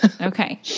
okay